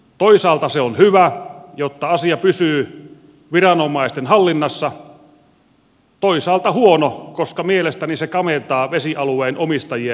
toisaalta se on hyvä jotta asia pysyy viranomaisten hallinnassa toisaalta huono koska mielestäni se kaventaa vesialueen omistajien oikeuksia